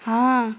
हाँ